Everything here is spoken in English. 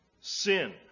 sin